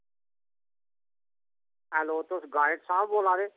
hello तुस guard साह्ब बोला दे